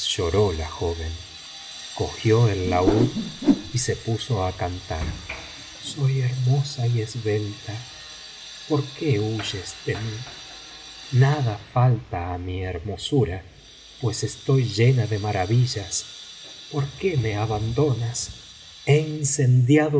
lloró la joven cogió el laúd y se puso á cantar soy hermosa y esbelta por que huyes de mí nada falta á mi hermosura pues estoy llena de maravillas por qué me abandona